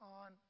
on